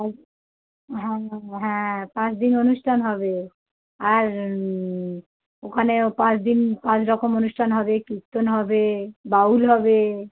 ওই হ্যাঁ অ্যাঁ হ্যাঁ পাঁচ দিন অনুষ্ঠান হবে আর ওখানে ও পাঁচ দিন পাঁচ রকম অনুষ্ঠান হবে কীর্তন হবে বাউল হবে